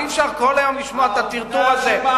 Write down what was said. אבל אי-אפשר כל היום לשמוע את הטרטור הזה.